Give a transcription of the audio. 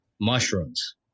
mushrooms